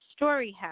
StoryHouse